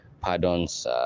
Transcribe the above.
pardons